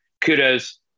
kudos